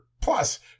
plus